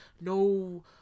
no